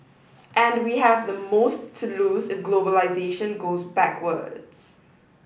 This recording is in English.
and we have the most to lose if globalisation goes backwards